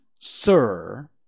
sir